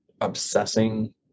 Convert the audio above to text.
obsessing